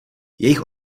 jejich